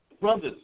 Brothers